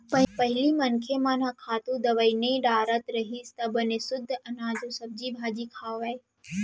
पहिली मनखे मन ह खातू, दवई नइ डारत रहिस त बने सुद्ध अनाज अउ सब्जी भाजी खावय